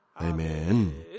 Amen